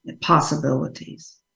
possibilities